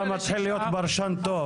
אתה מתחיל להיות פרשן טוב,